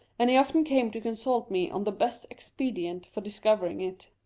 and he often came to consult me on the best expedient for discovering it.